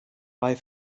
bei